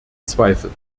zweifel